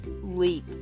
leap